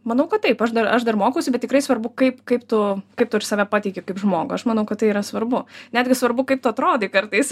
manau kad taip aš dar aš dar mokausi bet tikrai svarbu kaip kaip tu kaip tu ir save pateiki kaip žmogų aš manau kad tai yra svarbu netgi svarbu kaip tu atrodai kartais